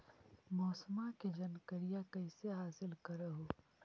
मौसमा के जनकरिया कैसे हासिल कर हू?